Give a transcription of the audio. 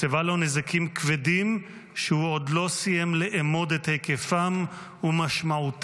מסיבה לו נזקים כבדים שהוא עוד לא סיים לאמוד את היקפם ומשמעותם,